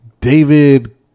David